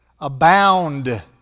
Abound